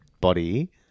body